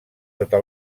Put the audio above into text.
sota